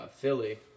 Philly